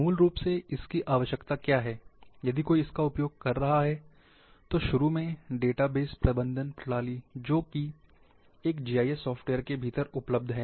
मूल रूप से इसकी आवश्यकता क्या है यदि कोई इसका उपयोग कर रहा है तो शुरू में डेटाबेस प्रबंधन प्रणाली जो एक जीआईएस सॉफ्टवेयर के भीतर उपलब्ध है